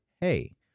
hey